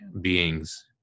beings